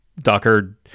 Docker